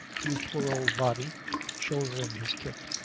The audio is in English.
you poor old body shouldering his kit.